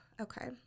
Okay